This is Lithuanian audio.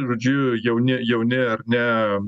žodžiu jauni jauni ar ne